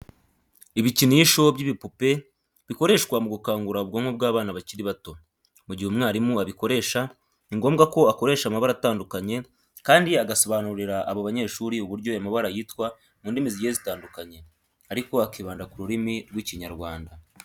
Ibikinisho by'ibipupe bikoreshwa mu gukangura ubwonko bw'abana bakiri bato, mu gihe umwarimu abikoresha, ni ngombwa ko akoresha amabara atandukanye kandi agasobanurira abo banyeshuri uburyo ayo mabara yitwa mu ndimi zigiye zitandukanye ariko akibanda ku rurimi rw'Ikinyarwanda.